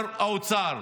האוצר,